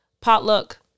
potluck